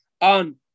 on